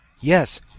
Yes